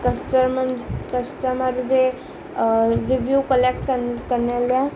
customers customer जे review क्लैट कनि करण लाइ